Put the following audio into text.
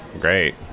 Great